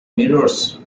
mirrors